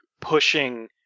pushing